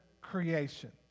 creation